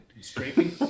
Scraping